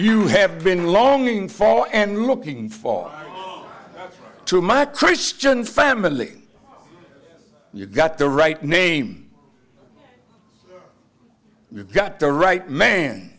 you have been longing for and looking for to my christian family you got the right name you got the right man